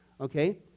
okay